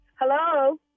Hello